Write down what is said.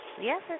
Yes